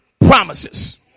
promises